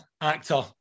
actor